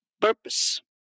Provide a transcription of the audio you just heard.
purpose